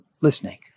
listening